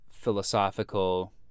philosophical